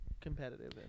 competitive